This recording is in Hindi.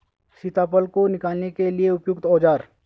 सीताफल को निकालने के लिए उपयुक्त औज़ार?